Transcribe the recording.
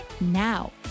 now